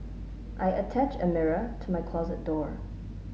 I attached a mirror to my closet door